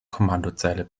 kommandozeile